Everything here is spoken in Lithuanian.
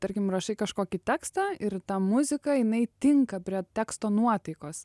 tarkim rašai kažkokį tekstą ir ta muzika jinai tinka prie teksto nuotaikos